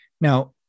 Now